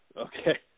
okay